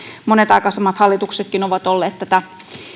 monet aikaisemmatkin hallitukset ovat olleet tätä